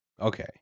Okay